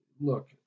look